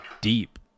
deep